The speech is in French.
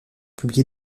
publiés